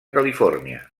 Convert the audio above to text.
califòrnia